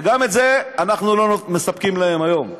וגם את זה אנחנו לא מספקים להם היום.